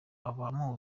bavuga